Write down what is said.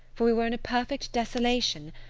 for we were in a perfect desolation,